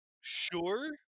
sure